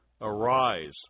Arise